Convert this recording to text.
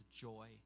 joy